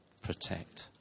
protect